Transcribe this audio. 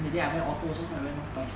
that day I went auto also I went there twice